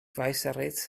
weißeritz